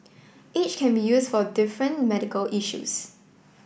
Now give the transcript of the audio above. each can be used for different medical issues